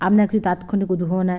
আপনাকে তাৎক্ষণিক উদ্ভাবনার